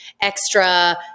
extra